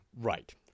Right